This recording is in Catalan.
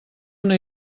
una